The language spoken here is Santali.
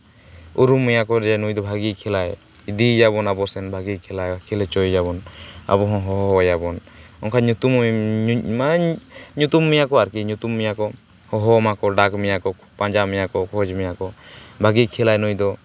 ᱩᱨᱩᱢ ᱢᱮᱭᱟ ᱠᱚ ᱡᱮ ᱱᱩᱭ ᱫᱚ ᱵᱷᱟᱜᱮᱭ ᱠᱷᱮᱞᱟᱭ ᱤᱫᱤᱭᱮᱭᱟ ᱵᱚᱱ ᱟᱵᱚ ᱥᱮᱱ ᱵᱷᱟᱜᱮᱭ ᱠᱷᱮᱞᱟ ᱠᱷᱮᱞ ᱦᱚᱪᱚᱭᱮᱭᱟ ᱵᱚᱱ ᱟᱵᱚ ᱦᱚᱸ ᱦᱚᱦᱚᱣᱟᱭᱟ ᱦᱚᱱ ᱚᱱᱠᱟ ᱧᱩᱛᱩᱢ ᱧᱩᱛᱩᱢ ᱢᱮᱭᱟ ᱟᱨᱠᱤ ᱧᱩᱛᱩᱢ ᱢᱮᱭᱟ ᱠᱚ ᱦᱚᱦᱚᱣᱟᱢᱟ ᱠᱚ ᱰᱟᱠ ᱢᱮᱭᱟ ᱠᱚ ᱯᱟᱸᱡᱟ ᱢᱮᱭᱟ ᱠᱚ ᱠᱷᱚᱡᱽ ᱢᱮᱭᱟ ᱠᱚ ᱵᱷᱟᱜᱮᱭ ᱠᱷᱮᱞᱟ ᱱᱩᱭ ᱫᱚ